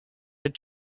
had